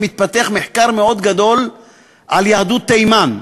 ומתפתח מחקר מאוד גדול על יהדות תימן,